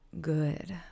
good